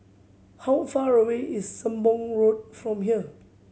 how far away is Sembong Road from here